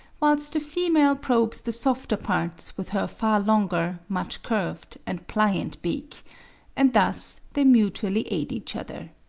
whilst the female probes the softer parts with her far longer, much curved and pliant beak and thus they mutually aid each other.